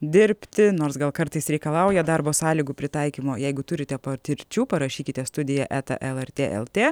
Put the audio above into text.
dirbti nors gal kartais reikalauja darbo sąlygų pritaikymo jeigu turite patirčių parašykite studija eta elartė eltė